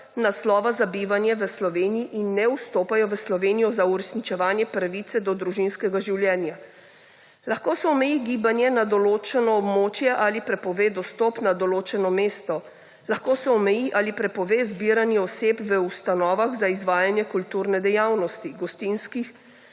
naslova za bivanje v Sloveniji in ne vstopajo v Slovenijo za uresničevanje pravice do družinskega življenja; lahko se omeji gibanje na določeno območje ali prepove dostop na določeno mesto; lahko se omeji ali prepove zbiranje oseb v ustanovah za izvajanje kulturne dejavnosti, gostinskih